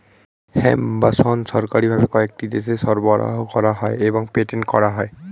hemp বা শণ সরকারি ভাবে কয়েকটি দেশে সরবরাহ করা হয় এবং পেটেন্ট করা হয়